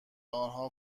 آنها